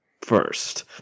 first